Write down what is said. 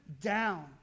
down